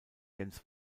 jens